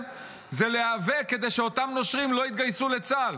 זה להיאבק כדי שאותם נושרים לא יתגייסו לצה"ל.